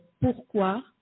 Pourquoi